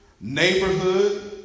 neighborhood